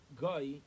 guy